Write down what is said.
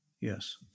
Yes